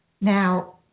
Now